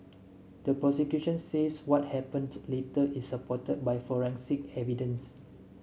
the prosecution says what happened later is supported by forensic evidence